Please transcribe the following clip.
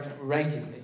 regularly